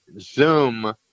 Zoom